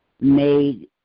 made